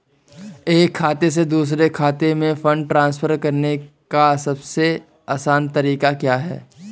एक खाते से दूसरे खाते में फंड ट्रांसफर करने का सबसे आसान तरीका क्या है?